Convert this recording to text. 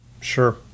Sure